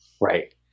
Right